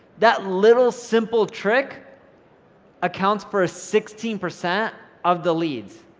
that little simple trick accounts for sixteen percent of the leads,